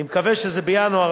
אני מקווה שזה בינואר,